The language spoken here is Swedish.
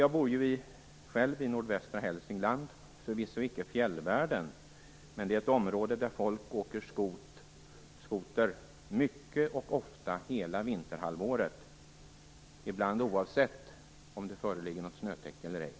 Jag bor själv i nordvästra Hälsingland. Det är förvisso icke fjällvärlden, men det är ett område där folk åker skoter mycket och ofta hela vinterhalvåret, ibland oavsett om det föreligger något snötäcke eller ej.